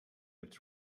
with